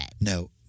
No